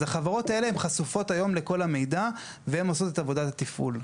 אז החברות האלה הן חשופות היום לכל המידע והן עושות את עבודת התפעול.